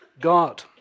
God